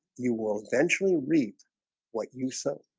you will eventually reap what you sow